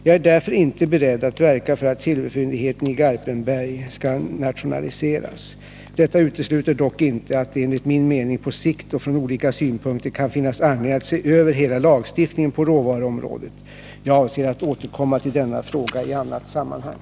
Jag är därför inte beredd att verka för att silverfyndigheten i Garpenberg skall nationaliseras. Detta utesluter dock inte att det enligt min mening, på sikt och från olika synpunkter, kan finnas anledning att se över hela lagstiftningen på råvaruområdet. Jag avser att återkomma till denna fråga i annat sammanhang.